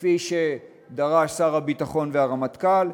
כפי שדרש שר הביטחון ודרש הרמטכ"ל,